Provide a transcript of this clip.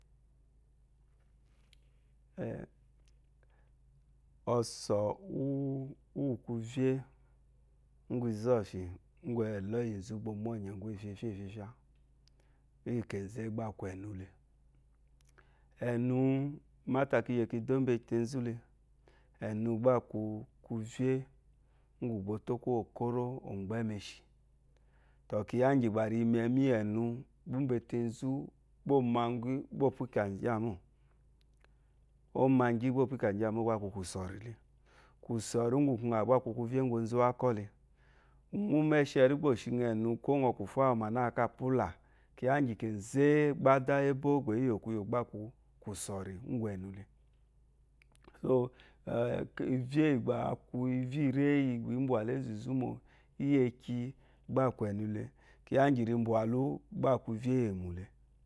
ɔsɔ̀ úwù kwuvyé íyì izɔ̂fyì úmbà ɛ̀lɔ́yì nzú gbà ɔ mwú ɔ̀nyɛ̀ mbá ɛfyɛfyá ɛfyɛfyá, úwù kènzé gbá à kwu ɛnu le. Ɛnu, mátà kì yì ki dù mbà ete nzú le, ɛnu gbá a kwu ivyé íyì gbà o tó kwuwô kóró o mgbɛ́ mu eshí. Tɔ̀ kyiya íŋgyì gbà ri yi mɛŋwú íyì ɛnu, úmbà ete nzú óo má ŋgyí óo pyikà ŋgyí à mô. Óo má ŋgyí óo pyikà ŋgyí à mô, gbá a kwu kwùsɔ̀rì le. Kwùsɔ̀rì úŋwù kwu ŋàwù gbá a kwu kwuvyé ŋgwù onzu úwákɔ́ le. Úmɛ́shɛrí gbá ó shi ŋɔ ɛnu, kwó ŋɔ kwu fá wu mà nâ káa púlá. kyiya íŋgyì kènzéé gbá ádá é bó gbà ě yò kwuyò gba a kwu kwusɔ̀rì úŋgwù ɛ̀nu le. So ki yi ivyé íyì gba íyì gba ǐ mbwà la ènzù nzú mó. Íyekyi, gbá a kwu ɛ̀nu le. Kyiya íŋgyì ri mbwàlú gbá a kwu ivyé íyèmwù le.